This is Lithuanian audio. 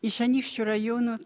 iš anykščių rajono